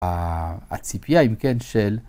הציפייה עם כן של...